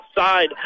outside